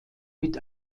mit